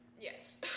Yes